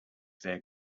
their